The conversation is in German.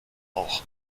auch